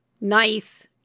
nice